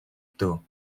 дөө